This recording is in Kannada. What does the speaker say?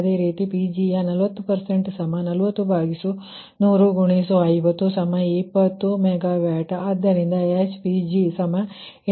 ಅದೇ ರೀತಿ Pgಯ 4040100×5020 MW ಆದ್ದರಿಂದ HPg8